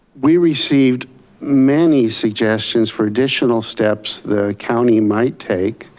we received many suggestions for additional steps the county might take.